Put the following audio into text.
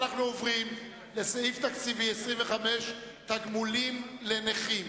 סעיף תקציבי 25, תגמולים לנכים